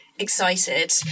excited